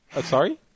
Sorry